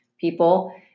people